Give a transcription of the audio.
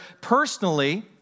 personally